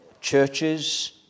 Churches